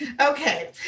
okay